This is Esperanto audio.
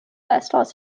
estas